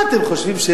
מה אתם חושבים?